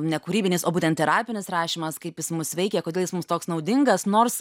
ne kūrybinis o būtent terapinis rašymas kaip jis mus veikia kodėl jis mums toks naudingas nors